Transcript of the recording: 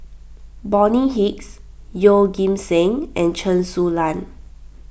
Bonny Hicks Yeoh Ghim Seng and Chen Su Lan